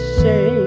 say